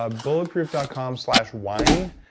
ah bulletproof dot com slash wine,